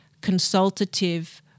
consultative